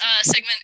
segment